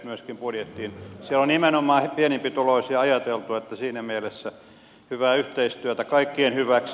siellä on nimenomaan pienempituloisia ajateltu että siinä mielessä hyvää yhteistyötä kaikkien hyväksi